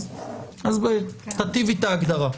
אז תיטיבי את ההגדרה.